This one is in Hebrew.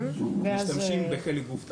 משתמשים בחלק הגוף התחתון,